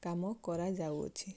କାମ କରାଯାଉଅଛି